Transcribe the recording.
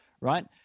right